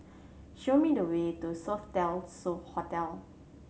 show me the way to Sofitel So Hotel